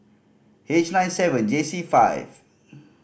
H nine seven J C five